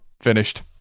Finished